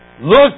look